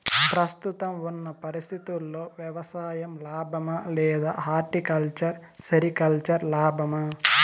ప్రస్తుతం ఉన్న పరిస్థితుల్లో వ్యవసాయం లాభమా? లేదా హార్టికల్చర్, సెరికల్చర్ లాభమా?